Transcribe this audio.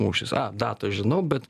mūšis datą žinau bet